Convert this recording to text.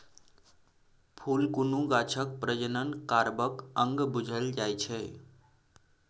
फुल कुनु गाछक प्रजनन करबाक अंग बुझल जाइ छै